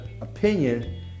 opinion